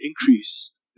increase